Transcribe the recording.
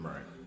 Right